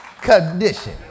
condition